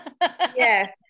yes